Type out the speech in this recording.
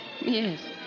Yes